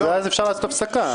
ואז אפשר לעשות הפסקה.